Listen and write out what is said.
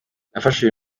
nafashe